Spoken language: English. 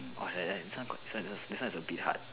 orh like that this one got this one is a bit hard